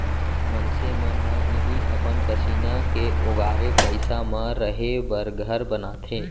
मनसे मन ह इहीं अपन पसीना के ओगारे पइसा म रहें बर घर बनाथे